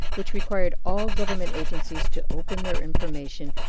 which required all government agencies to open their information,